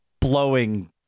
blowing